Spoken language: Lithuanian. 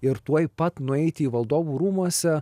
ir tuoj pat nueiti į valdovų rūmuose